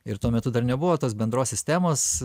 ir tuo metu dar nebuvo tos bendros sistemos